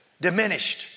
diminished